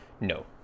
No